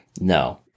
No